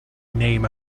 name